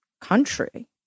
country